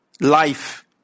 life